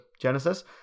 genesis